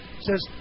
says